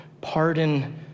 pardon